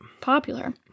popular